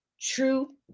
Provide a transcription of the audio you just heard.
true